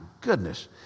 goodness